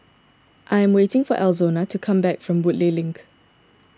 I am waiting for Alonza to come back from Woodleigh Link